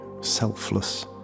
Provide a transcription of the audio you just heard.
selfless